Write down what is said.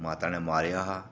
माता नै मारेआ हा